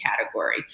category